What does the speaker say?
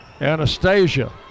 Anastasia